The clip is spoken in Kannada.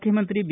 ಮುಖ್ಯಮಂತ್ರಿ ಬಿ